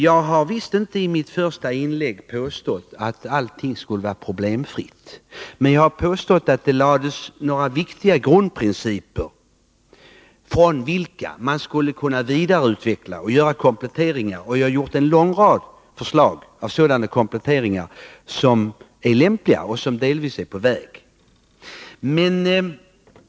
Jag har visst inte i mitt första inlägg påstått att allting skulle vara problemfritt, men jag har påstått att det fastlagts några viktiga grundprinciper som skulle kunna vidareutvecklas och kompletteras. Jag har framfört en lång rad förslag till kompletteringar som är lämpliga och som delvis är på väg.